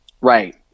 Right